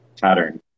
pattern